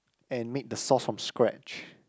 and made the sauce from scratch